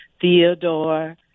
Theodore